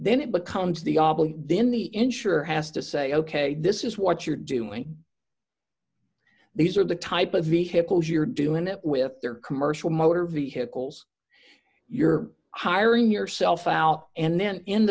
then it becomes the obloquy then the insurer has to say ok this is what you're doing these are the type of vehicles you're doing that with their commercial motor vehicles you're hiring yourself out and then